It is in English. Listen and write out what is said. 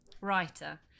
writer